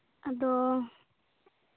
ᱟᱫᱚ